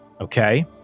Okay